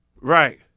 Right